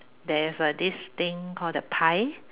there is a this thing called the pie